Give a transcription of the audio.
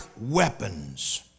weapons